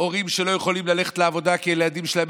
הורים לא יכולים ללכת לעבודה כי לילדים שלהם